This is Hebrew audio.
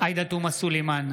עאידה תומא סלימאן,